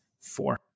four